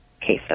cases